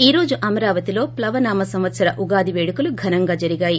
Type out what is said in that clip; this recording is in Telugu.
ఈరోజు అమరావతిలో ప్లవనామ సంవత్సర ఉగాది పేడుకలు ఘనంగా జరిగాయి